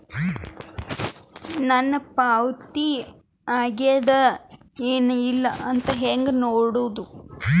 ನನ್ನ ಪಾವತಿ ಆಗ್ಯಾದ ಏನ್ ಇಲ್ಲ ಅಂತ ಹೆಂಗ ನೋಡುದು?